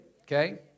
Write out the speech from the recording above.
Okay